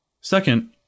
Second